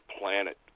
planet